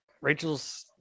Rachel's